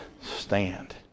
stand